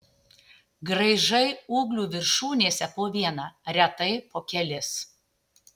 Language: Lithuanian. graižai ūglių viršūnėse po vieną retai po kelis